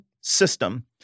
system